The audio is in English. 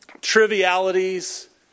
trivialities